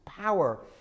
power